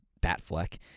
Batfleck